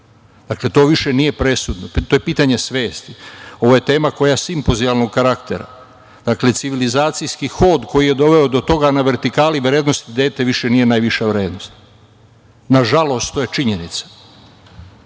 Dakle to više nije presudno, to je pitanje svesti. Ovo je tema simpozijalnog karaktera, dakle, civilizacijski hod koji je doveo do toga na vertikali vrednosti - dete više nije najviša vrednost. Nažalost, to je činjenica. Šta